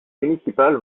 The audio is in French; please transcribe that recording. municipal